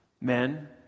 Men